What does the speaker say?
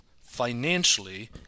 financially